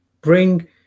bring